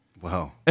Wow